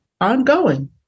ongoing